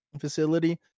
facility